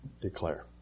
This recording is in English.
declare